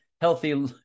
healthy